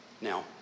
Now